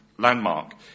...landmark